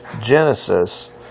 Genesis